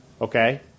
okay